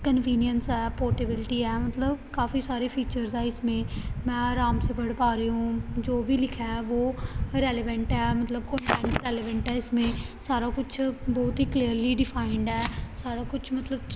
convenience ਹੈ portability ਹੈ ਮਤਲਬ ਕਾਫ਼ੀ ਸਾਰੇ ਫੀਚਰਸ ਹੈ ਇਸਮੇਂ ਮੈਂ ਆਰਾਮ ਸੇ ਪੜ੍ਹ ਪਾ ਰਹੀ ਹੂੰ ਜੋ ਵੀ ਲਿਖਿਆ ਹੈ ਵੋ ਰੈਲੇਵੈਂਟ ਹੈ ਮਤਲਬ ਕੋਨਟੈਂਟ ਰੈਲੇਵੈਂਟ ਹੈ ਇਸਮੇਂ ਸਾਰਾ ਕੁਛ ਬਹੁਤ ਹੀ ਕਲੀਅਰਲੀ ਡਿਫਾਈਨਡ ਹੈ ਸਾਰਾ ਕੁਛ ਮਤਲਬ